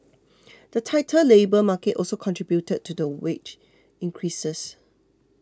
the tighter labour market also contributed to the wage increases